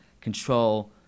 control